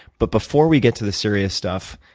but before we get to the serious stuff,